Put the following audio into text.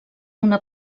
una